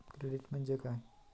Credit म्हणजे काय?